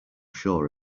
sure